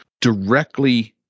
directly